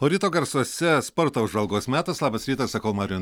o ryto garsuose sporto apžvalgos metas labas rytas sakau mariui